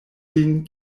lin